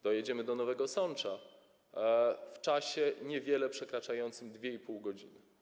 Dojedziemy do Nowego Sącza w czasie niewiele przekraczającym 2,5 godziny.